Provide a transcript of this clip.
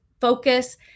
focus